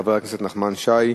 חבר הכנסת נחמן שי,